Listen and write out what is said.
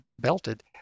belted